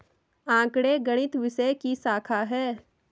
आंकड़े गणित विषय की शाखा हैं